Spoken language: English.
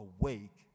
awake